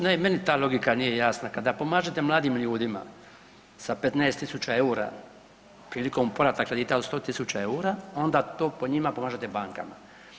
No ni meni ta logika nije jasna, kada pomažete mladim ljudima sa 15 tisuća eura prilikom povrata kredita od 100 tisuća eura, onda to po njima, pomažete banci.